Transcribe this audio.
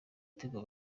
tigo